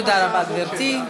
תודה רבה, גברתי.